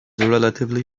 relatively